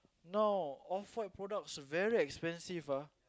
now off white products very expensive ah